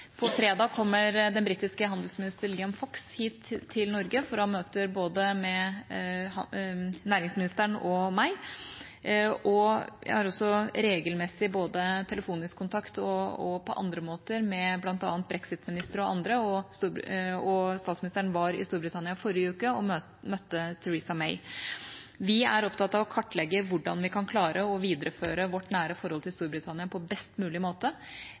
På fredag kommer den britiske handelsministeren Liam Fox hit til Norge for å ha møter med både næringsministeren og meg. Jeg har også regelmessig telefonisk kontakt, og også på andre måter, med bl.a. brexit-ministeren og andre, og statsministeren var i Storbritannia i forrige uke og møtte Theresa May. Vi er opptatt av å kartlegge hvordan vi kan klare å videreføre vårt nære forhold til Storbritannia på best mulig måte.